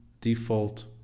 default